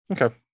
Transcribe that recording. Okay